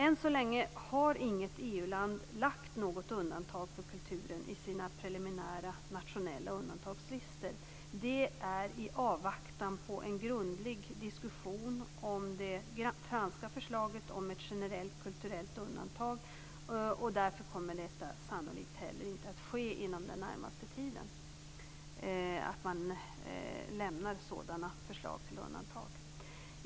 Än så länge har inget EU-land lagt något undantag för kulturen i sin preliminära nationella undantagslistor. I avvaktan på en grundlig diskussion om det franska förslaget om ett generellt kulturellt undantag kommer det sannolikt heller inte att ske inom den närmaste tiden att man lämnar sådana förslag till undantag.